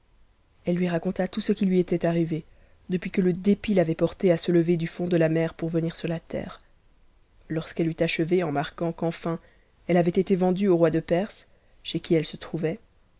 elle lui raconta tout ce jui ui était arrivé depuis que le dépit l'avait portée à se lever du fond de h mer pour venir sur ta terre lorsqu'elle eut achevé en marquant qu'enjin elle avait été vendue au roi de perse chez qui elle se trouvait